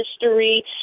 history